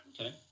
Okay